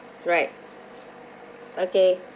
right okay